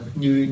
như